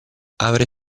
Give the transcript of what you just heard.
avrei